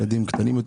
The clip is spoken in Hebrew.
ילדים קטנים יותר.